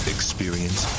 Experience